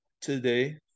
Today